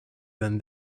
than